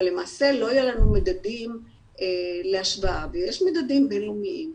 אבל למעשה לא יהיו לנו מדדים להשוואה ויש מדדים בינלאומיים.